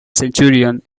centurion